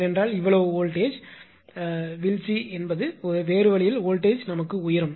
ஏனென்றால் இவ்வளவு voltage voltage வீழ்ச்சி என்றால் வேறு வழியில் வோல்ட்டேஜ் உயரும்